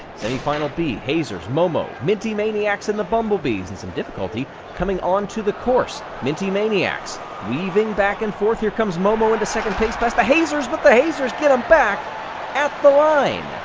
semi-final b hazers, momo, minty maniacs, and the bumblebees, and some difficulty coming on to the course. minty maniacs weaving back and forth. here comes momo into second place past the hazers, but the hazers get them back at the line.